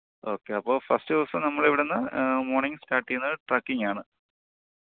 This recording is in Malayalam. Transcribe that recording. ഓക്കേ അപ്പോൾ ഫസ്റ്റ് ദിവസം നമ്മളിവിടെ നിന്ന് മോണിങ് സ്റ്റാട്ട് ചെയ്യുന്നത് ട്രെക്കിങ്ങാണ്